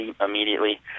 immediately